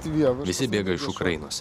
visi bėga iš ukrainos